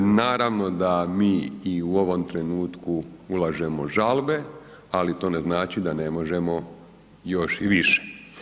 Naravno da mi i u ovom trenutku ulažemo žalbe ali to ne znači da ne možemo još i više.